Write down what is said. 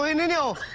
and no